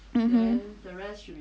mmhmm